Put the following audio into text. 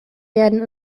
werden